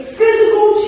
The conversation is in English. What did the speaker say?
physical